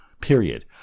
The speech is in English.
period